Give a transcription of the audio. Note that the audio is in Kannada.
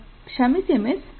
ಕ್ಷಮಿಸಿ ಮಿಸ್